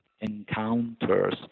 encounters